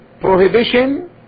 prohibition